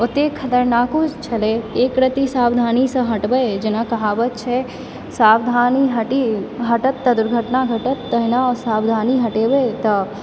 ओतय खतरनाको छलय एकरती सावधानीसँ हटबय जेना कहावत छै सावधानी हटी हटत तऽ दुर्घटना घटत तहिना सावधानी हटेबय तऽ